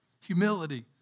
Humility